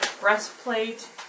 breastplate